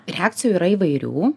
reakcijų yra įvairių